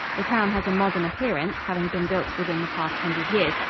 the town has a modern appearance, having been built within the past hundred years,